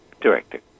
Director